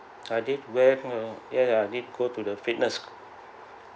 I did went the ya ya I did go to the fitness